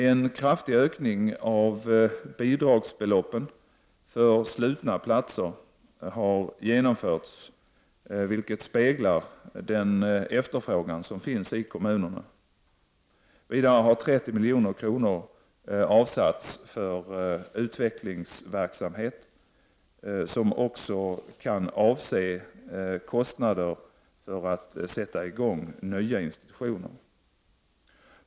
En kraftig ökning av bidragsbeloppen för slutna platser har genomförts, vilket speglar den efterfrågan som finns i kommunerna. Vidare har 30 milj.kr. avsatts för utvecklingsverksamhet som också kan avse kostnader för att sätta i gång nya institutioner.